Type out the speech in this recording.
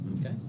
Okay